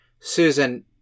Susan